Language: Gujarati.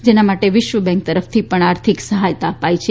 જેના માટે વિશ્વ બેંક તરફથી પણ આર્થિક સહાયતા અપાઇ છે